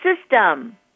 system